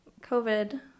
COVID